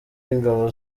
w’ingabo